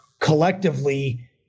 collectively